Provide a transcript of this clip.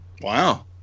Wow